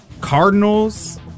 cardinals